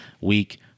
week